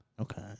Okay